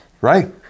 right